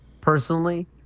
personally